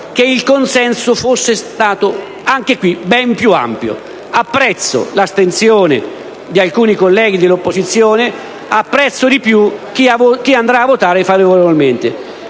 che il consenso fosse stato anche qui ben più ampio. Apprezzo l'astensione di alcuni colleghi dell'opposizione; apprezzo di più chi voterà favorevolmente.